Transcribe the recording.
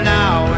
now